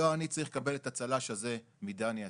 לא אני צריך לקבל את הצל"ש הזה מדני יתום,